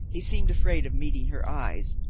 he seemed afraid of meeting her eyes,